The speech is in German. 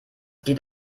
geht